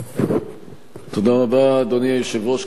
אדוני היושב-ראש,